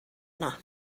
yna